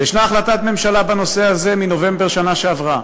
ויש החלטת ממשלה בנושא הזה מהשנה שעברה,